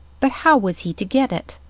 but how was he to get it?